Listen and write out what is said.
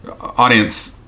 audience